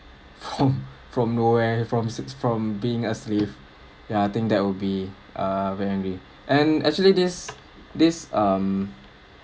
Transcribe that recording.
from from nowhere from s~ from being a slave ya I think that would be a very angry and actually this this um